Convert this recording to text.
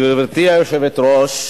גברתי היושבת-ראש,